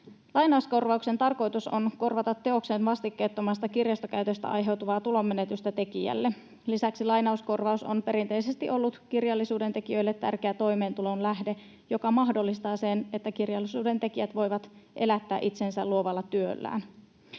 Lainauskorvauksen tarkoitus on korvata teoksen vastikkeettomasta kirjastokäytöstä aiheutuvaa tulonmenetystä tekijälle. Lisäksi lainauskorvaus on perinteisesti ollut kirjallisuuden tekijöille tärkeä toimeentulon lähde, joka mahdollistaa sen, että kirjallisuuden tekijät voivat elättää itsensä luovalla työllään.